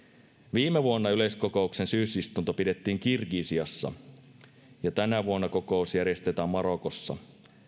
viime vuonna yleiskokouksen syysistunto pidettiin kirgisiassa ja tänä vuonna kokous järjestetään marokossa